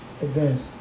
advance